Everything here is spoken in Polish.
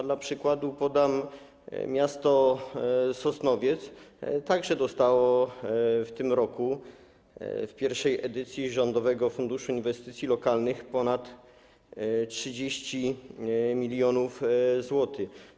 Dla przykładu podam miasto Sosnowiec, które także dostało w tym roku w pierwszej edycji Rządowego Funduszu Inwestycji Lokalnych ponad 30 mln zł.